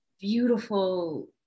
beautiful